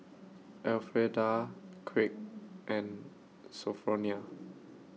Elfreda Kraig and Sophronia